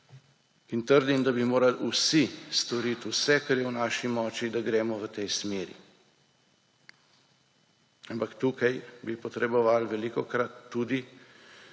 In trdim, da bi morali vsi storiti vse, kar je v naši moči, da gremo v tej smeri. Ampak tukaj bi potrebovali velikokrat tudi